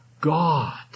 God